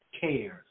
cares